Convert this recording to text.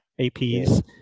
APs